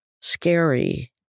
scary